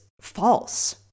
false